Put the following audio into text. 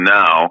now